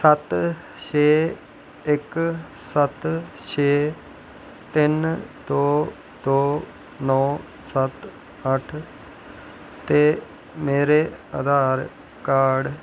सत्त छे इक सत्त छे तिन दो दो नौ सत्त अट्ठ ते मेरे आधार कार्ड